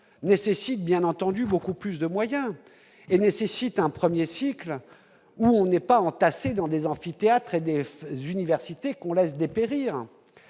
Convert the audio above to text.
nécessite bien entendu beaucoup plus de moyens et nécessite un 1er cycle où on n'est pas entassés dans des amphithéâtres EDF les universités qu'on laisse dépérir,